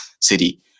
city